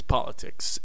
Politics